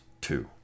two